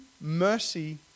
mercy